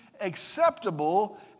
acceptable